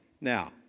Now